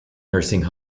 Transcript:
nursing